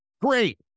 Great